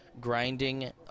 grinding